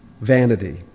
vanity